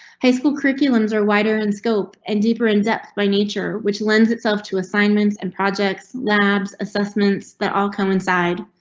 high school curriculums are wider in scope and deeper in depth by nature, which lends itself to assignments and projects labs assessments that all come inside.